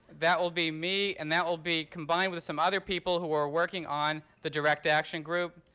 that will be me. and that will be combined with some other people who are working on the direct action group.